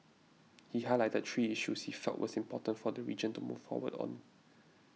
he highlighted three issues he felt was important for the region to move forward on